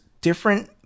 different